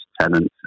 tenants